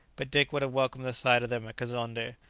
but dick would have welcomed the sight of them at kazonnde,